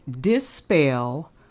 dispel